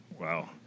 Wow